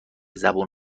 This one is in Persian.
زبون